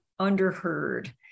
underheard